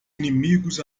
inimigos